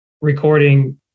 recording